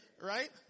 Right